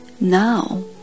Now